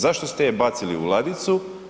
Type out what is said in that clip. Zašto ste ju bacili u ladicu?